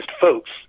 folks